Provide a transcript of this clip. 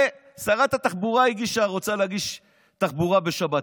שרת התחבורה רוצה להגיש תחבורה בשבת,